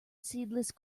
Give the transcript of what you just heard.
seedless